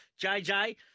JJ